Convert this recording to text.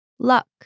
Luck